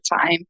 time